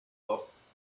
books